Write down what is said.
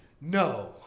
No